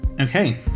Okay